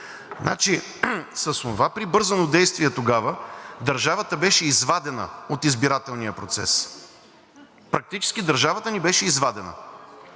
Значи с онова прибързано действие тогава държавата беше извадена от избирателния процес. Практически държавата ни беше извадена